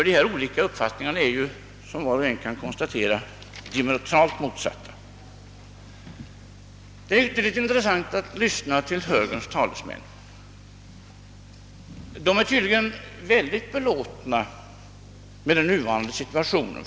Dessa olika uppfattningar är nämligen, som var och en kan konstatera, diametralt motsatta. Det är ytterligt intressant att lyssna på högerns talesmän. De är tydligen mycket belåtna med den nuvarande situationen.